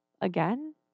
again